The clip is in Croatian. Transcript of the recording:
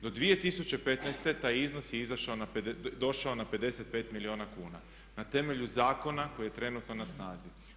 Do 2015. taj iznos je došao na 55 milijuna kuna na temelju zakona koji je trenutno na snazi.